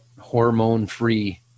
hormone-free